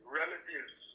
relatives